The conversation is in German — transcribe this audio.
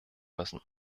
müssen